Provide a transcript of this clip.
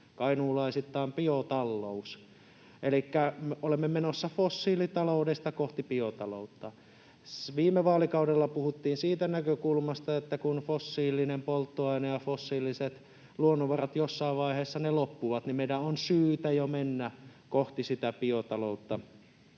kainuulaisittain ”biotallous”, elikkä olemme menossa fossiilitaloudesta kohti biotaloutta. Viime vaalikaudella puhuttiin siitä näkökulmasta, että kun fossiilinen polttoaine ja fossiiliset luonnonvarat jossain vaiheessa loppuvat, niin meidän on syytä jo mennä kohti sitä biotaloutta,